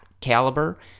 caliber